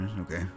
Okay